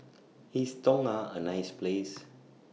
IS Tonga A nice Place